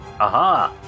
Aha